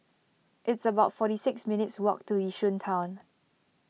it's about forty six minutes' walk to Yishun Town